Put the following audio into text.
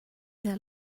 there